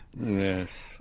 Yes